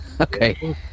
Okay